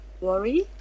worry